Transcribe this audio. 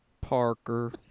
Parker